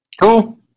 Cool